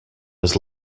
was